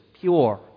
pure